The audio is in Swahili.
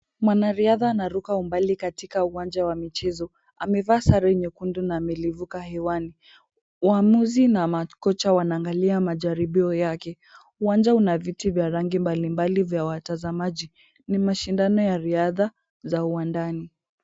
Mwanariadha anaruka umbali katika uwanja wa michezo. Amevaa sare nyekundu na amelivuka hewani. Waamuzi na makocha wanaangalia majaribio yake. Uwanja una viti vya rangi mbalimbali vya watazamaji. Ni mashindano ya riadha za uwandani.